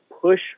push